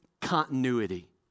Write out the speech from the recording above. continuity